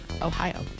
Ohio